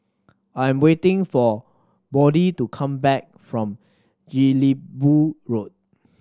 I am waiting for Bode to come back from Jelebu Road